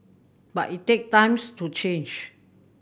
but it take times to change